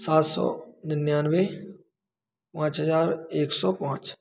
सात सौ निन्यानवए पाँच हज़ार एक सौ पाँच